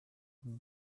but